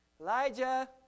Elijah